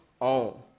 own